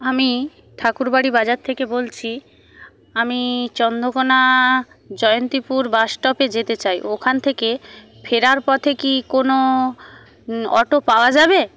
আমি ঠাকুরবাড়ি বাজার থেকে বলছি আমি চন্দ্রকোনা জয়ন্তিপুর বাসস্টপে যেতে চাই ওইখান থেকে ফেরার পথে কি কোনো অটো পাওয়া যাবে